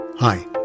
Hi